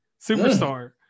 superstar